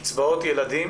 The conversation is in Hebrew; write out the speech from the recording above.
קצבאות ילדים